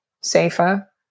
safer